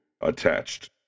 attached